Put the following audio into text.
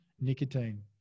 nicotine